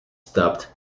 stopped